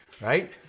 right